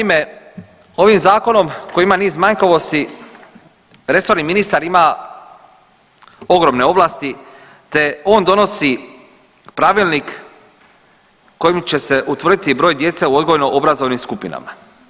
Naime, ovim zakonom koji ima niz manjkavosti resorni ministar ima ogromne ovlasti te on donosi pravilnik kojim će se utvrditi broj djece u odgojno obrazovnim skupinama.